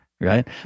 right